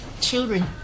children